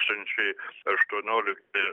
du tūkstančiai aštuoniolikti